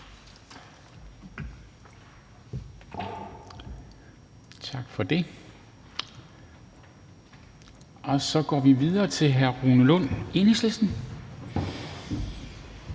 ordføreren. Så går vi videre til hr. Rune Lund, Enhedslisten.